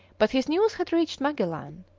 but his news had reached magellan.